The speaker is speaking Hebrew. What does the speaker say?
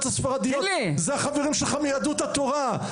הספרדיות זה החברים שלך מיהדות התורה,